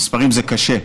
מספרים זה קשה,